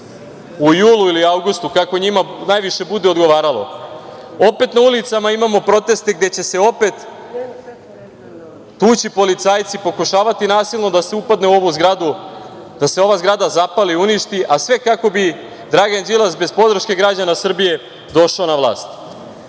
u julu ili avgustu, kako njima najviše bude odgovaralo, opet na ulicama imamo proteste gde će se opet tući policajci, pokušavati nasilno da se upadne u ovu zgradu, da se ova zgrada zapali, uništi, a sve kako bi Dragan Đilas, bez podrške građana Srbije, došao na vlast? Ovo